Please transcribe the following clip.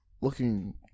looking